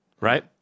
right